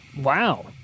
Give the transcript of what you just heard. Wow